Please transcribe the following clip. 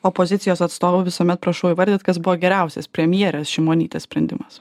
opozicijos atstovų visuomet prašau įvardyt kas buvo geriausias premjerės šimonytės sprendimas